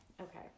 okay